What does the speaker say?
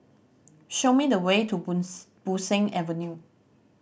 show me the way to Bo Seng Avenue